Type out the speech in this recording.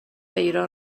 ایران